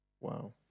Wow